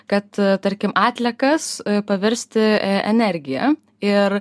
kad tarkim atliekas paversti energija ir